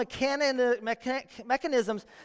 mechanisms